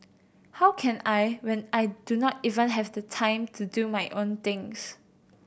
how can I when I do not even have the time to do my own things